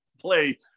play